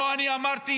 לא אני אמרתי,